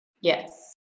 Yes